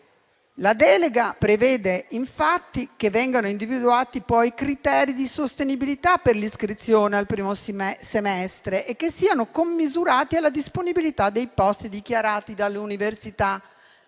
La delega prevede, infatti, che vengano individuati criteri di sostenibilità per l'iscrizione al primo semestre e che questi siano commisurati alla disponibilità dei posti dichiarati dalle università.